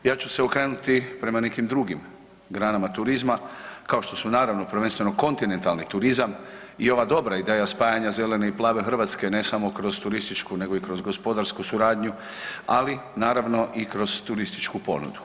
Ja ću se okrenuti prema nekim drugim granama turizma, kao što su naravno prvenstveno kontinentalni turizam i ova dobro ideja spajanja zelene i plave Hrvatske ne samo kroz turističku nego i kroz gospodarsku suradnju, ali naravno i kroz turističku ponudu.